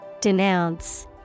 Denounce